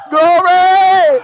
Glory